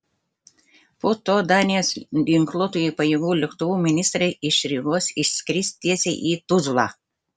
po to danijos ginkluotųjų pajėgų lėktuvu ministrai iš rygos išskris tiesiai į tuzlą